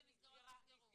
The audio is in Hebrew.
איזה מסגרות נסגרו?